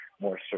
more